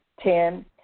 Ten